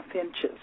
inches